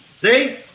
See